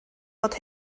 fod